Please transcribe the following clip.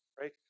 right